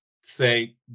say